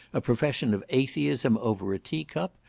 a profession of atheism over a teacup,